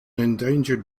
endangered